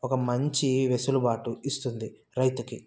ఒక మంచి వెసులుబాటు ఇస్తుంది రైతుకి